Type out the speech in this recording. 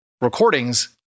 recordings